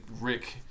Rick